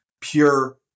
pure